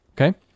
okay